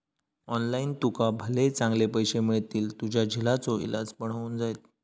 online तुका भले चांगले पैशे मिळतील, तुझ्या झिलाचो इलाज पण होऊन जायत